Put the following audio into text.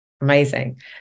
Amazing